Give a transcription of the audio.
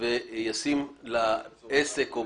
וישים לעסק,